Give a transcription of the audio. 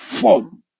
form